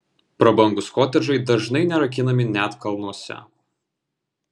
prabangūs kotedžai dažnai nerakinami net kalnuose